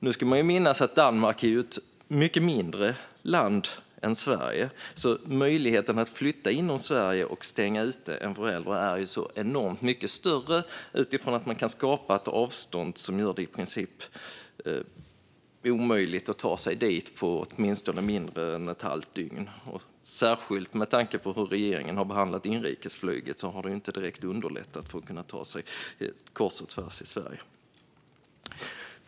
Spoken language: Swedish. Nu ska man ju minnas att Danmark är ett mycket mindre land än Sverige och att möjligheten att flytta inom Sverige och stänga ute en förälder är enormt mycket större eftersom man kan skapa ett avstånd som gör det i princip omöjligt att ta sig dit på mindre än ett halvt dygn. Hur regeringen har behandlat inrikesflyget har inte heller direkt underlättat för människor att ta sig kors och tvärs i Sverige.